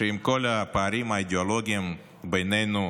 שעם כל הפערים האידיאולוגיים בינינו,